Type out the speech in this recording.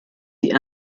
die